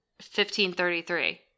1533